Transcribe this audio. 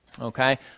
Okay